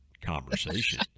conversation